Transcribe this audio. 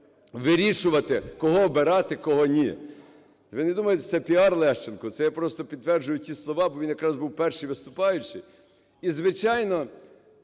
вирішувати, кого обирати, кого ні. Ви не думаєте, що це пір Лещенка це я просто підтверджую ті слова, бо він якраз був перший виступаючий. І звичайно,